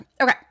Okay